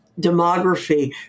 demography